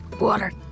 water